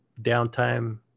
downtime